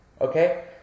Okay